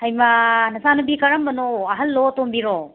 ꯍꯩꯃ ꯅꯆꯥꯅꯨꯄꯤ ꯀꯔꯝꯕꯅꯣ ꯑꯍꯜꯂꯣ ꯑꯇꯣꯝꯕꯤꯔꯣ